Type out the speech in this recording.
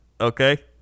okay